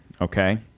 Okay